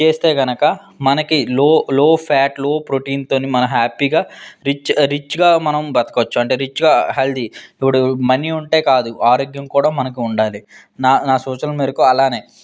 చేస్తే గనుక మనకి లో లో ఫ్యాట్ లో ప్రోటీన్తో మనం హ్యాపీగా రిచ్ రిచ్గా మనం బతకవచ్చు అంటే రిచ్గా హెల్తీ ఇప్పుడు మనీ ఉంటే కాదు ఆరోగ్యం కూడా మనకు ఉండాలి నా నా సూచన మేరకు అలాగే